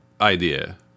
idea